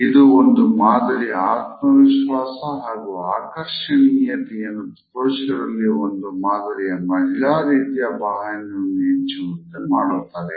ಇದು ಒಂದು ಮಾದರಿಯ ಆತ್ಮವಿಶ್ವಾಸ ಹಾಗು ಆಕರ್ಷಣೀಯತೆಯನ್ನು ಪುರುಷರಲ್ಲಿ ಒಂದು ಮಾದರಿಯ ಮಹಿಳಾ ರೀತಿಯ ಭಾವನೆಯನ್ನು ಹೆಚ್ಚುವಂತೆ ಮಾಡುತ್ತದೆ